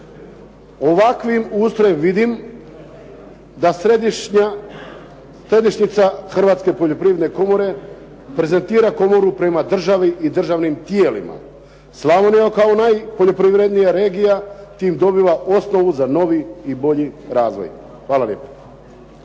Ovakvim ustrojem vidim da središnjica hrvatske poljoprivredne komore prezentira komoru prema državi i državnim tijelima. Slavonija kao najpoljoprivrednija regija time dobiva osnovu za novi i bolji razvoj. Hvala lijepa.